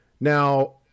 Now